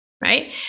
right